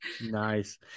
Nice